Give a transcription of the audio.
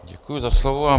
Děkuji za slovo.